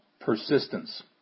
persistence